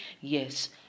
Yes